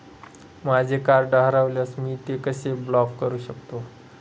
माझे कार्ड हरवल्यास मी ते कसे ब्लॉक करु शकतो?